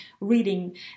reading